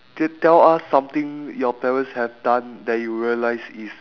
t~ tell us something your parents have done that you realise is